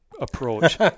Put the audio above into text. approach